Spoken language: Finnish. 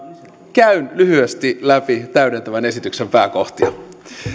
käyn lyhyesti läpi täydentävän esityksen pääkohtia